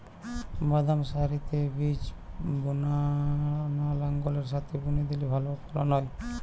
বাদাম সারিতে বীজ বোনা না লাঙ্গলের সাথে বুনে দিলে ভালো ফলন হয়?